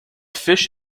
fish